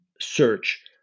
search